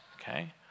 okay